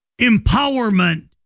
empowerment